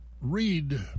read